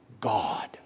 God